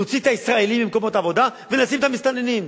נוציא את הישראלים ממקומות עבודה ונשים את המסתננים.